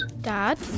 Dad